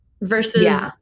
versus